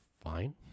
fine